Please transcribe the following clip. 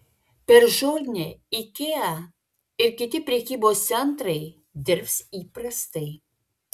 per žolinę ikea ir kiti prekybos centrai dirbs įprastai